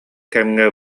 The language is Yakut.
кэмҥэ